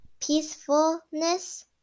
peacefulness